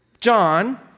John